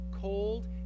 cold